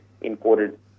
imported